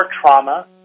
trauma